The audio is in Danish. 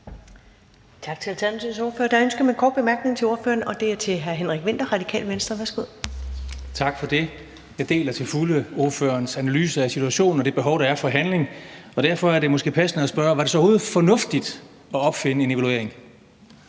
Alternativets ordfører. Der er et ønske om en kort bemærkning til ordføreren, og det er fra hr. Henrik Vinther, Radikale Venstre. Værsgo. Kl. 21:21 Henrik Vinther (RV): Tak for det. Jeg deler til fulde ordførerens analyse af situationen og det behov, der er for handling. Derfor er det måske passende at spørge: Var det så overhovedet fornuftigt at opfinde en evaluering?